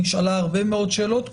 נשאלה הרבה מאוד שאלות,